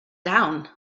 down